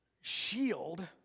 shield